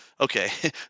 okay